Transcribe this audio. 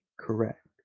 correct